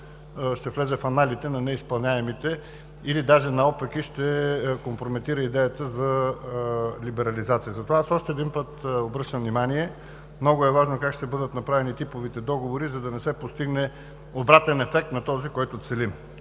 ще влезе в аналите на неизпълняемите, или даже наопаки – ще компрометира идеята за либерализация. Затова аз още един път обръщам внимание – много е важно как ще бъдат направени типовите договори, за да не се постигне обратен ефект на този, който целим.